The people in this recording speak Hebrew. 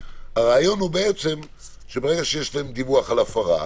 שהרעיון שברגע שיש להם דיווח על הפרה,